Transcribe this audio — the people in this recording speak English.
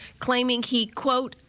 claiming he, quote,